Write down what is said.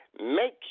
make